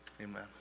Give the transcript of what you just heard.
Amen